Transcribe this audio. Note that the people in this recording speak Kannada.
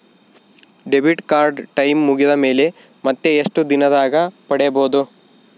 ಡೆಬಿಟ್ ಕಾರ್ಡ್ ಟೈಂ ಮುಗಿದ ಮೇಲೆ ಮತ್ತೆ ಎಷ್ಟು ದಿನದಾಗ ಪಡೇಬೋದು?